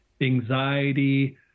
anxiety